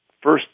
first